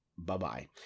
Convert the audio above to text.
Bye-bye